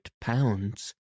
pounds